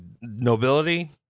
nobility